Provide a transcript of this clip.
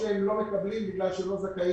חלק לא מקבלים כי הם לא זכאים.